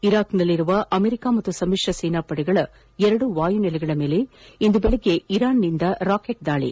ಇರಾಕ್ನಲ್ಲಿರುವ America ಹಾಗೂ ಸಮ್ಮಿಶ್ರ ಸೇನಾ ಪಡೆಗಳ ಎರಡು ವಾಯು ನೆಲೆಗಳ ಮೇಲೆ ಇಂದು ಬೆಳಗ್ಗೆ ಇರಾನ್ನಿಂದ ರಾಕೆಟ್ ದಾಳಿ